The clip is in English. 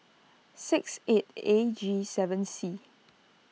six eight A G seven C